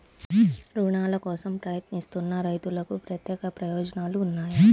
రుణాల కోసం ప్రయత్నిస్తున్న రైతులకు ప్రత్యేక ప్రయోజనాలు ఉన్నాయా?